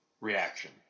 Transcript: reaction